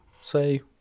say